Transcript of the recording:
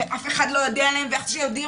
ואף אחד לא יודע עליהם ואיך שיודעים